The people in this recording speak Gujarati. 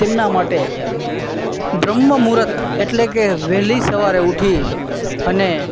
તેમના માટે બ્રહ્મ મુહૂર્ત એટલે કે વહેલી સવારે ઊઠી અને